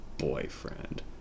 Boyfriend